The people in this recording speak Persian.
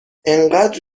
انقدر